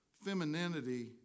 femininity